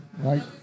right